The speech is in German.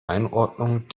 einordnung